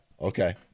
Okay